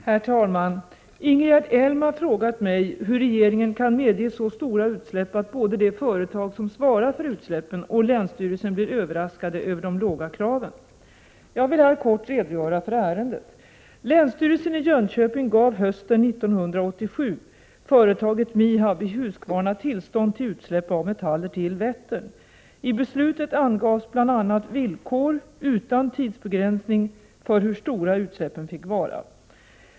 Herr talman! Ingegerd Elm har frågat mig hur regeringen kan medge så stora utsläpp att både det företag som svarar för utsläppen och länsstyrelsen blir överraskade över de låga kraven. Jag vill här kort redogöra för ärendet. Länsstyrelsen i Jönköping gav hösten 1987 företaget MIHAB i Huskvarna tillstånd till utsläpp av metaller till Vättern. I beslutet angavs bl.a. villkor — utan tidsbegränsning — för hur stora utsläppen fick vara.